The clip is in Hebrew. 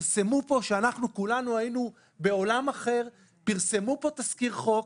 כשאנחנו כולנו היינו בעולם אחר פרסמו כאן תזכיר חוק.